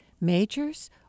majors